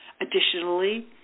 Additionally